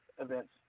events